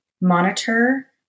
monitor